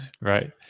Right